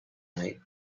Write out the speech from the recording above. night